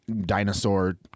dinosaur